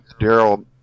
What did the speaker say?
Daryl